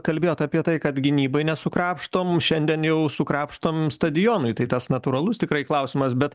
kalbėjot apie tai kad gynybai nesukrapštom šiandien jau sukrapštom stadionui tai tas natūralus tikrai klausimas bet